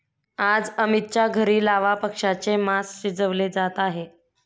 आज अमितच्या घरी लावा पक्ष्याचे मास शिजवले जात आहे